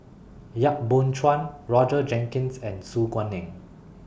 Yap Boon Chuan Roger Jenkins and Su Guaning